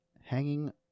hanging